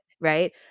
Right